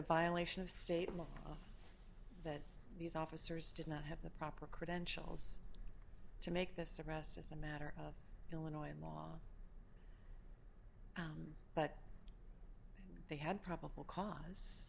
violation of state law that these officers did not have the proper credentials to make this arrest as a matter of illinois law but they had probable cause